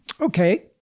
Okay